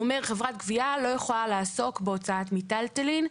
הוא אומר - חברת גבייה לא יכולה לעסוק בהוצאת מיטלטלין,